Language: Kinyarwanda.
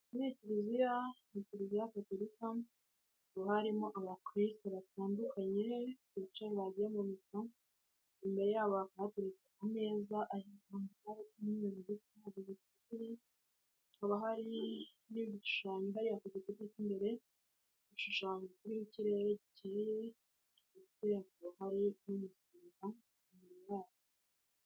Muri kiliziya, ni kiliziya katorika, hakaba harimo abakirisitu batandukanye bicaye bagiye mu misa. Imbere yabo hakaba hateretse ameza afite igitambaro cy'umweru ndetse n'amazi mu gipipiri, hakaba hari n'ibishushanyo ku gikuta imbere, igishushanyo kiri mukirere ndetse hakaba hari umusaraba imbere yabo.